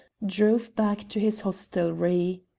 drove back to his hostelry.